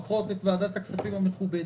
פחות את ועדת הכספים המכובדת.